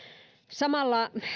samalla